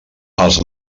els